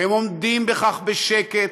והם עומדים בכך בשקט,